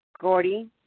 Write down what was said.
Gordy